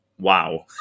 wow